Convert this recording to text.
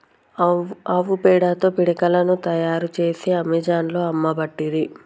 ఆవు పేడతో పిడికలను తాయారు చేసి అమెజాన్లో అమ్మబట్టిరి